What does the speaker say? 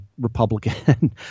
republican